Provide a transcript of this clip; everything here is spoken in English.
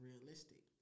realistic